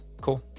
Cool